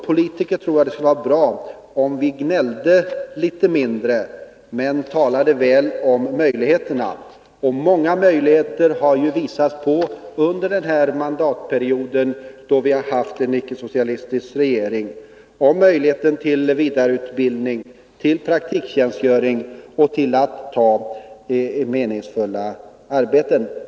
Jag tror att det skulle vara bra om vi som politiker gnällde litet mindre och talade mer om möjligheterna. Under de här två mandatperioderna, då vi haft icke-socialistiska regeringar, har man visat på möjligheterna till vidareutbildning, till praktiktjänstgöring och till meningsfulla arbeten.